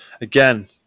Again